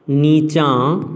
निचाँ